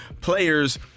players